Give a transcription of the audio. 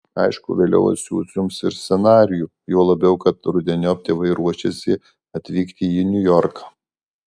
aišku vėliau atsiųs jums ir scenarijų juo labiau kad rudeniop tėvai ruošiasi atvykti į niujorką